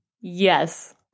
Yes